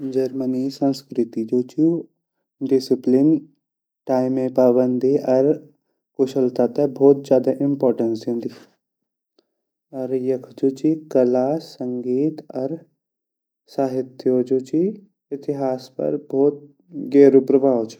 जर्मनी संस्कृति जु ची डिस्कप्लिन टाइम की पाबंधी अर कुशलता ते भोत ज़्यादा इम्पोर्टेंस दयोंदी अर यख जु ची कला संगीत अर साहित्यो जु ची इतिहास पर भोत गेहरू प्रभाव ची।